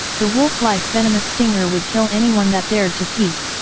the wolf life venomous stinger would kill anyone that dared to peep,